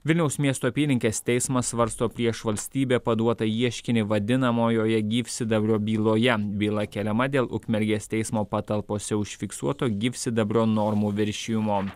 vilniaus miesto apylinkės teismas svarsto prieš valstybę paduotą ieškinį vadinamojoje gyvsidabrio byloje byla keliama dėl ukmergės teismo patalpose užfiksuoto gyvsidabrio normų viršijimo